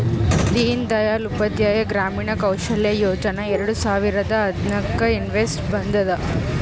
ದೀನ್ ದಯಾಳ್ ಉಪಾಧ್ಯಾಯ ಗ್ರಾಮೀಣ ಕೌಶಲ್ಯ ಯೋಜನಾ ಎರಡು ಸಾವಿರದ ಹದ್ನಾಕ್ ಇಸ್ವಿನಾಗ್ ಬಂದುದ್